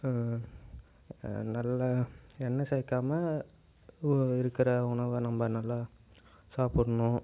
நல்ல எண்ணெய் சேர்க்காம இருக்கிற உணவை நம்ப நல்லா சாப்பிட்ணும்